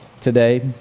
today